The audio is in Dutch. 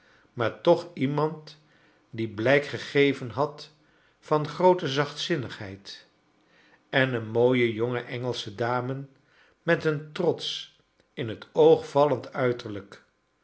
maar toch iemand die blijk gegeven had van groote zachtzinnigheid en een mocie jonge engelsche dame met een trotsch in het oog vallend uiterlijk